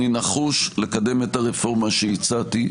אני נחוש לקדם את הרפורמה שהצעתי,